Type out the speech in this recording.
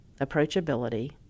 approachability